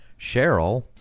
Cheryl